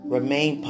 Remain